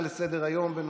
אה,